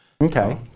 Okay